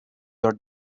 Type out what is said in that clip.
your